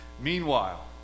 Meanwhile